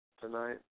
tonight